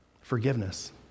forgiveness